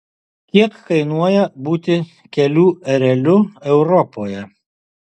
kiek kainuoja būti kelių ereliu europoje